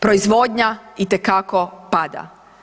Proizvodnja itekako pada.